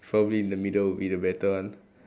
probably in the middle will be the better one